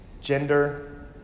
gender